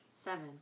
Seven